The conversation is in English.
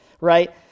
right